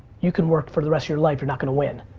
you can work for the rest your life, you're not gonna win.